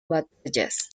batallas